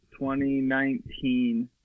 2019